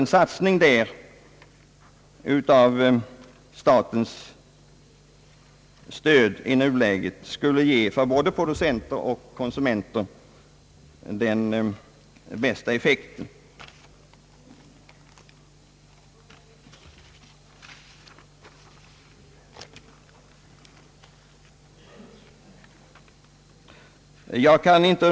En satsning därvidlag genom statligt stöd skulle i nuläget för både producenter och konsumenter ge den bästa effekten.